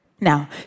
Now